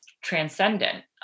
transcendent